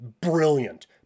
brilliant